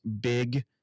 big